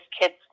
kid's